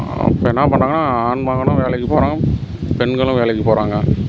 இப்போ என்ன பண்ணுறாங்கனா ஆண் மகனும் வேலைக்கு போகிறோம் பெண்களும் வேலைக்கு போகிறாங்க